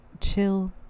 chill